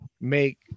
make